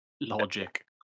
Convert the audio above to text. Logic